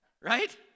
Right